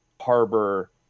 harbor